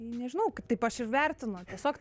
nežinau kaip taip aš ir vertinu tiesiog